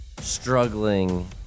struggling